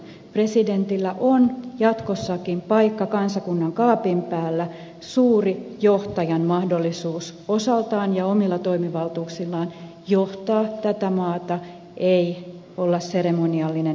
presidentillä on jatkossakin paikka kansakunnan kaapin päällä suuri johtajan mahdollisuus osaltaan ja omilla toimivaltuuksillaan johtaa tätä maata ei olla seremoniallinen mestari